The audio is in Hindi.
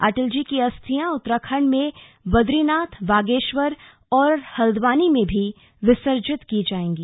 अटल जी की अस्थियां उत्तराखंड में बदरीनाथ बागेश्वर और हल्द्वानी में भी विसर्जित की जाएंगी